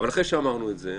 אבל אחרי שאמרנו את זה,